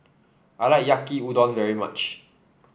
I like Yaki Udon very much